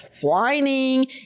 whining